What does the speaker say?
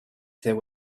there